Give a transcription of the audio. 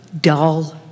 dull